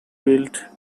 built